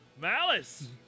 Malice